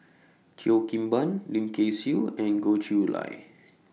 Cheo Kim Ban Lim Kay Siu and Goh Chiew Lye